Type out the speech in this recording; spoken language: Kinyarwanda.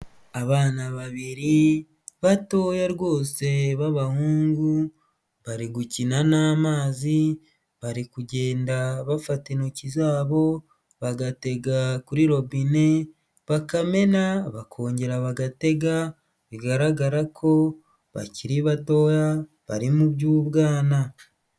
Abana babiri batoya rwose b'abahungu bari gukina n'amazi bari kugenda bafata intoki zabo bagatega kuri robine bakamena bakongera bagatega bigaragara ko bakiri batoya bari mu by'ubwana.